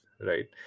right